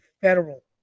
federal